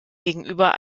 gegenüber